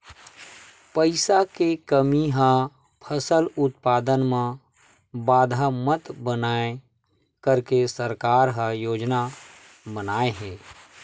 पईसा के कमी हा फसल उत्पादन मा बाधा मत बनाए करके सरकार का योजना बनाए हे?